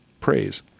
Praise